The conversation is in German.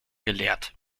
gelehrt